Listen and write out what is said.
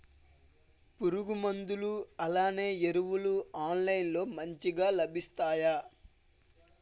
పురుగు మందులు అలానే ఎరువులు ఆన్లైన్ లో మంచిగా లభిస్తాయ?